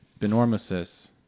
benormosis